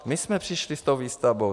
My jsme přišli s tou výstavbou.